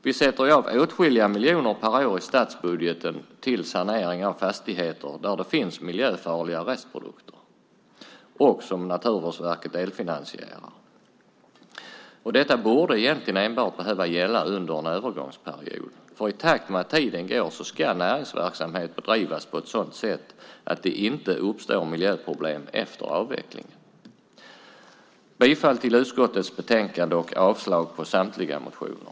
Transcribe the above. Vi sätter ju av åtskilliga miljoner per år i statsbudgeten till sanering av fastigheter där det finns miljöfarliga restprodukter och som Naturvårdsverket delfinansierar. Detta borde egentligen enbart behöva gälla under en övergångsperiod, för i takt med att tiden går ska näringsverksamhet bedrivas på ett sådant sätt att det inte uppstår miljöproblem efter avveckling. Jag yrkar bifall till förslaget i utskottets betänkande och avslag på samtliga motioner.